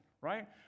right